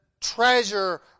Treasure